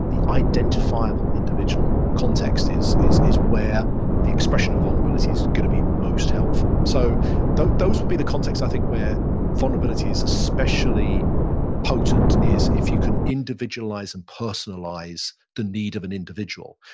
the identifiable individual context is is where the expression of vulnerability is going to be most helpful. so those those would be the context i think where vulnerability is especially potent is if you can individualize and personalize the need of an individual.